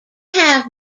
have